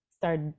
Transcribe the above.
start